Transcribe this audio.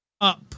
up